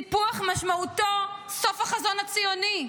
סיפוח משמעותו סוף החזון הציוני,